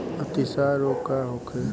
अतिसार रोग का होखे?